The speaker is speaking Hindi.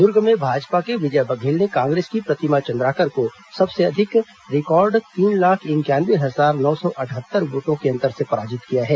दुर्ग में भाजपा के विजय बघेल ने कांग्रेस की प्रतिमा चंद्राकर को सबसे अधिक रिकॉर्ड तीन लाख इंक्यानवे हजार नौ सौ अटहत्तर वोटों के अंतर से पराजित किया है